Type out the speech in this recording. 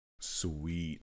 sweet